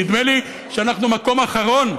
נדמה לי שאנחנו במקום האחרון,